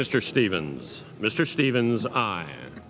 mr stevens mr stevens